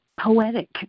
poetic